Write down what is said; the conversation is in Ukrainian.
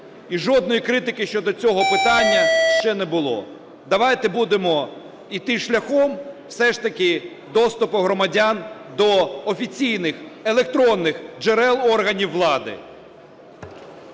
і жодної критики щодо цього питання ще не було. Давайте будемо йти шляхом все ж таки доступу громадян до офіційних електронних джерел органів влади.